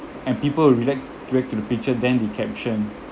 and people react react to the picture than the caption